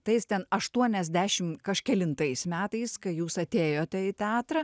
tais ten aštuoniasdešim kažkelintais metais kai jūs atėjote į teatrą